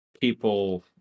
people